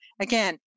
again